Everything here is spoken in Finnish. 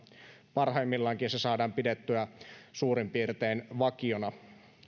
parhaimmillaankin se saadaan pidettyä suurin piirtein vakiona